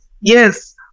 yes